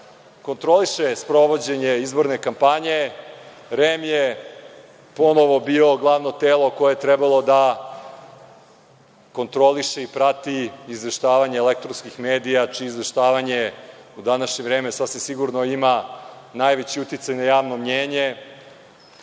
kontroliše sprovođenje izborne kampanje, REM je ponovo bio glavno telo koje je trebalo da kontroliše i prati izveštavanje elektronskih medija, čije izveštavanje u današnje vreme ima, sasvim sigurno, najveći uticaj na javno mnjenje. Ako